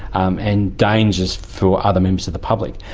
um and dangers for other members of the public.